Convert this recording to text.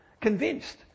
convinced